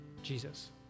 Jesus